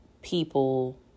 People